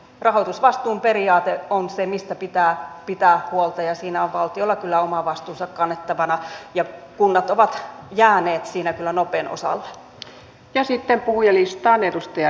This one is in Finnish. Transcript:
rahoitusvastuun periaate on se mistä pitää pitää huolta ja siinä on valtiolla kyllä oma vastuunsa kannettavana ja kunnat ovat jääneet siinä kyllä nopen osalle